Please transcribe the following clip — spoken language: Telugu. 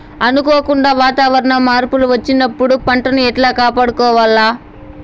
అనుకోకుండా వాతావరణ మార్పులు వచ్చినప్పుడు పంటను ఎట్లా కాపాడుకోవాల్ల?